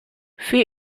für